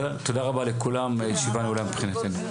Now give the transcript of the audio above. תודה רבה לכולם, הישיבה נעולה מבחינתנו.